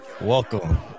Welcome